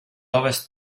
ovest